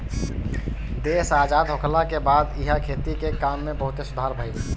देश आजाद होखला के बाद इहा खेती के काम में बहुते सुधार भईल